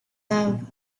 love